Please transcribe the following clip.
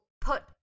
put